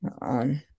on